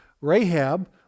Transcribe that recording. Rahab